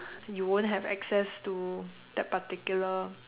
you won't have access to that particular